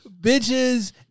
bitches